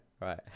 Right